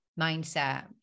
mindset